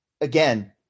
again